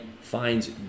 finds